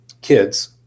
kids